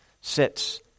sits